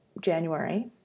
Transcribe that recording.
January